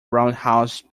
roundhouse